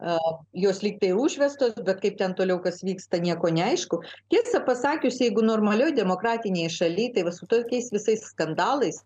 jos lyg tai užvestos bet kaip ten toliau kas vyksta nieko neaišku tiesą pasakius jeigu normalioj demokratinėj šaly tai su tokiais visais skandalais